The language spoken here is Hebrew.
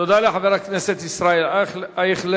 תודה לחבר הכנסת ישראל אייכלר.